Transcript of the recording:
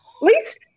least